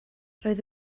roedd